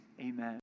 amen